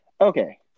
okay